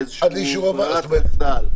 איזושהי ברירת מחדל.